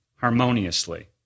harmoniously